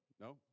No